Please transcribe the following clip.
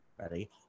Ready